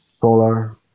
solar